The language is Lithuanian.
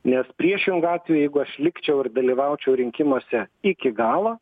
nes priešingu atveju jeigu aš likčiau ir dalyvaučiau rinkimuose iki galo